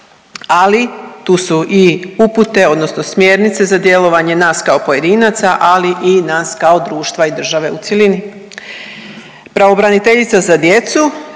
ali tu su i upute odnosno smjernice za djelovanje nas kao pojedinaca, ali i nas kao društva i države u cjelini. Pravobraniteljica za djecu,